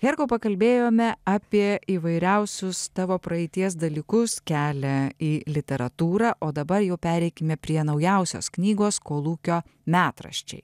herkau pakalbėjome apie įvairiausius tavo praeities dalykus kelią į literatūrą o dabar jau pereikime prie naujausios knygos kolūkio metraščiai